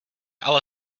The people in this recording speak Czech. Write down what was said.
ale